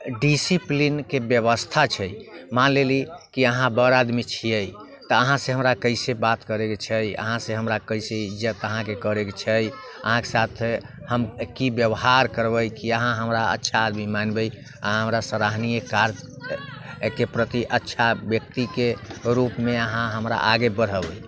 डिसिप्लीनके व्यवस्था छै मान लेली अहाँ बड़ आदमी छियै तऽ अहाँसँ हमरा कैसे बात करैके छै अहाँसँ हमरा कैसे अहाँके इज्जत करैके छै अहाँके साथ हम की व्यवहार करबै की अहाँ हमरा अच्छा आदमी मानबै अहाँ हमरा सराहनीय काजके प्रति अच्छा व्यक्तिके रूपमे अहाँ हमरा आगे बढ़ेबै